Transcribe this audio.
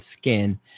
skin